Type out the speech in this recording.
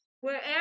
Wherever